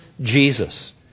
Jesus